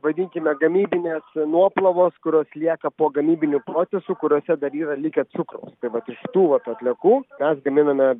vadinkime gamybinės nuoplovos kurios lieka po gamybinių procesų kuriose dar yra likę cukraus tai vat iš tų vat atliekų mes gaminame